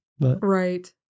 Right